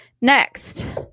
Next